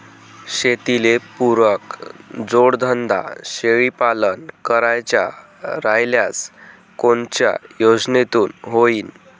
शेतीले पुरक जोडधंदा शेळीपालन करायचा राह्यल्यास कोनच्या योजनेतून होईन?